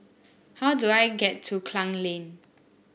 how do I get to Klang Lane